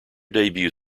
debut